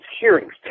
hearings